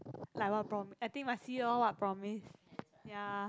like what prom~ I think must see lor what promise ya